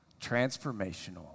transformational